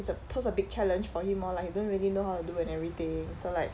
it's a pose a big challenge for him lor like he don't really know how to do and everything so like